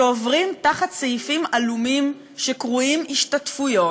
שעוברים תחת סעיפים עלומים שקרויים "השתתפויות"